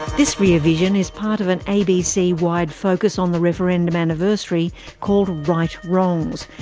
this rear vision is part of an abc wide focus on the referendum anniversary called right wrongs.